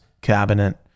cabinet